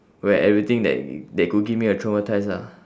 where everything that that could give me a traumatise ah